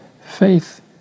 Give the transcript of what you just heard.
faith